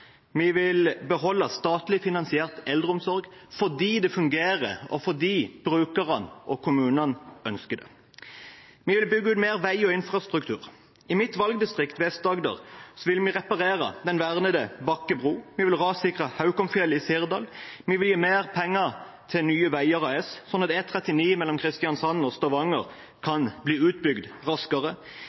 Vi vil beholde statlig finansiert eldreomsorg fordi det fungerer, og fordi brukerne og kommunene ønsker det. Vi vil bygge ut mer vei og infrastruktur. I mitt valgdistrikt, Vest-Agder, vil vi reparere den vernede Bakke bro. Vi vil rassikre Haukomfjellet i Sirdal. Vi vil gi mer penger til Nye Veier AS sånn at E39 mellom Kristiansand og Stavanger kan bli utbygd raskere.